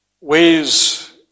ways